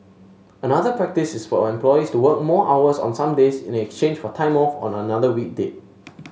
another practice is for employees to work more hours on some days in exchange for time off on another weekday